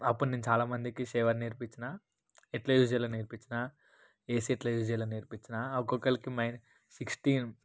అప్పుడు నేను చాలామందికి షవర్ నేర్పిచ్చినా ఎట్లా యూజ్ చేయాలో నేర్పిచ్చినా ఏసి ఎట్లా యూజ్ చేయాలో నేర్పిచ్చినా ఒక్కొక్కలికి మెయిన్ సిక్స్టీన్